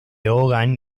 hogan